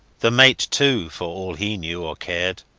the mate, too, for all he knew or cared.